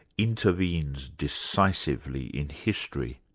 intervenes decisively in history.